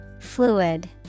Fluid